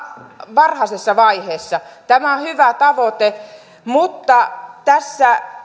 varhaisessa vaiheessa tämä on hyvä tavoite mutta tässä